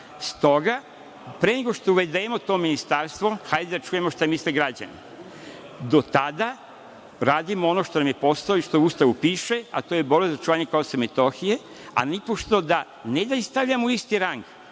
S toga, pre nego što uvedemo to ministarstvo, hajde da čujemo šta misle građani. To tada radimo ono što nam je posao i što u Ustavu piše, a to je borba za očuvanje KiM, a nipošto ne da ih stavljamo u isti rang,